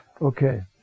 Okay